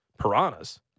Piranhas